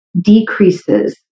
decreases